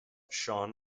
sean